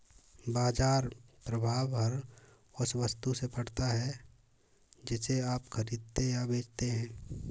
बाज़ार प्रभाव हर उस वस्तु से पड़ता है जिसे आप खरीदते या बेचते हैं